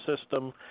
system